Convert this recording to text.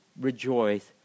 rejoice